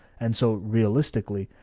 and so realistically,